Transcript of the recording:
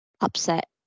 upset